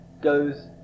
goes